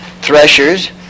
threshers